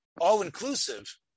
all-inclusive